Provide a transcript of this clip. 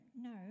no